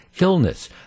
illness